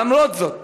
למרות זאת